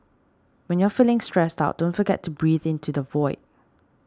when you are feeling stressed out don't forget to breathe into the void